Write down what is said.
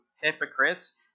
hypocrites